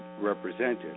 represented